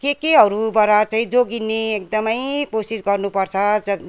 के केहरूबाट चाहिँ जोगिने एकदमै कोसिस गर्नुपर्छ